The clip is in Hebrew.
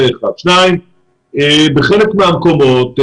בחלק מהמקומות,